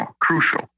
Crucial